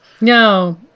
No